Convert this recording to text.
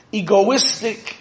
egoistic